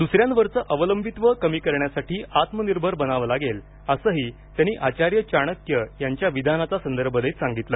दुसऱ्यांवरचं अवलंबित्व कमी करण्यासाठी आत्मनिर्भर बनावं लागेल असंही त्यांनी आचार्य चाणक्य यांच्या विधानाचा संदर्भ देत सांगितलं